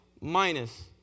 minus